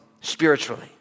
spiritually